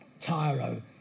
Tyro